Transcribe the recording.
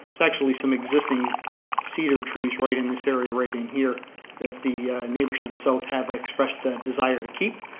there's actually some existing cedar trees right in this area right in here that the neighbors to the south have expressed a desire to keep.